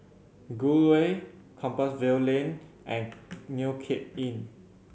Gul Way Compassvale Lane and New Cape Inn